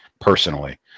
personally